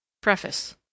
PREFACE